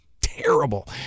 terrible